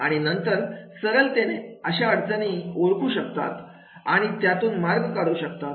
आणि नंतर सरलतेने अशा अडचणी ओळखू शकतात आणि त्यातून मार्ग काढू शकतात